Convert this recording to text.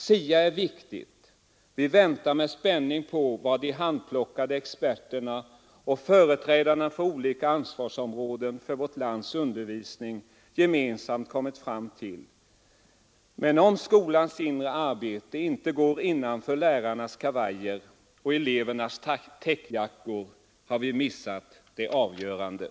SIA är viktigt. Vi väntar med spänning på vad de handplockade experterna och företrädarna för olika ansvarsområden inom vårt lands undervisning gemensamt kommit fram till. Men om skolans inre arbete inte går innanför lärarnas kavajer och elevernas täckjackor har vi missat det avgörandet.